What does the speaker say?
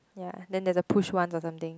ya then there's a push one or something